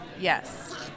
Yes